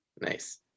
Nice